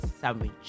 sandwich